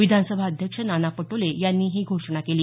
विधानसभा अध्यक्ष नाना पटोले यांनी ही घोषणा केली